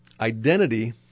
identity